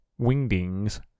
wingdings